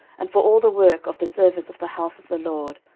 and for all the work of the service of the house of the lord,